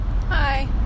Hi